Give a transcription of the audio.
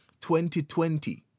2020